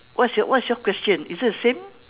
what's your what's your question is it the same